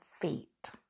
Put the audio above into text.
feet